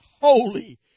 holy